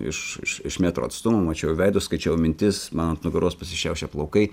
iš iš iš metro atstumo mačiau veidus skaičiau mintis man ant nugaros pasišiaušė plaukai